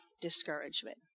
discouragement